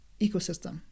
ecosystem